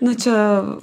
nu čia